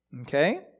Okay